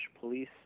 police